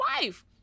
wife